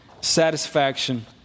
satisfaction